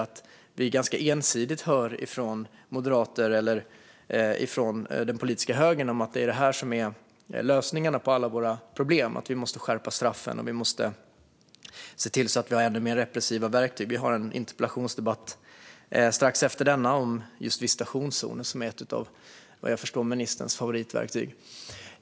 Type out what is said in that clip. Man hör ganska ensidigt från Moderaterna och den politiska högern att lösningarna på alla våra problem är att skärpa straffen och få ännu fler repressiva verktyg. Vi har en interpellationsdebatt strax efter denna om visitationszoner, som vad jag förstår är ett av ministerns favoritverktyg.